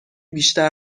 بیشتر